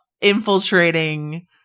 infiltrating